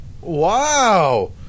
Wow